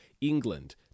England